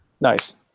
Nice